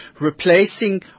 Replacing